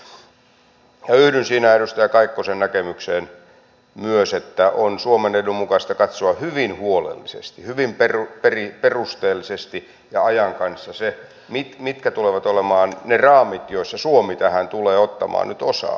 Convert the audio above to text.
minä yhdyn edustaja kaikkosen näkemykseen myös siinä että on suomen edun mukaista katsoa hyvin huolellisesti hyvin perusteellisesti ja ajan kanssa se mitkä tulevat olemaan ne raamit joissa suomi tähän tulee ottamaan nyt osaa